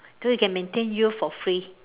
so you can maintain youth for free